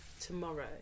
tomorrow